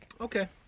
okay